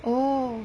oh